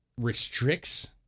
Restricts